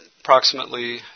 approximately